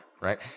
right